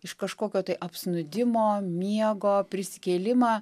iš kažkokio tai apsnūdimo miego prisikėlimą